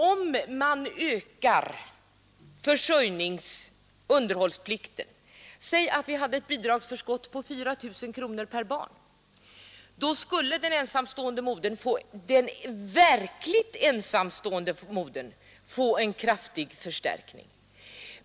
Om man ökar underhållsplikten — låt oss säga att vi hade ett bidragsförskott på 4 000 kronor per barn — skulle den verkligt ensamstående modern få en kraftig förstärkning.